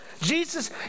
Jesus